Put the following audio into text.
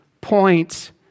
points